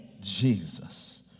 Jesus